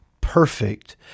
perfect